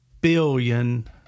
billion